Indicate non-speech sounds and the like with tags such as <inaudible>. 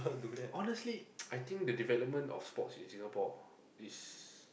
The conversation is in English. honestly <noise> I think the development of sports in Singapore is